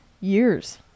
years